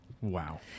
Wow